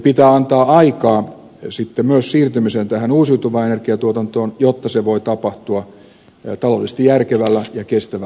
pitää antaa aikaa sitten myös siirtymiseen uusiutuvaan energiatuotantoon jotta se voi tapahtua taloudellisesti järkevällä ja kestävällä tavalla